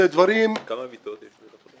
כמה מיטות יש לכם?